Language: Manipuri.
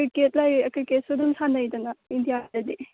ꯀ꯭ꯔꯤꯀꯦꯠ ꯂꯩ ꯀ꯭ꯔꯤꯀꯦꯠꯁꯨ ꯑꯗꯨꯝ ꯁꯥꯟꯅꯩꯗꯅ ꯏꯟꯗꯤꯌꯥꯗꯗꯤ